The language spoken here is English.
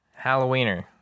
Halloweener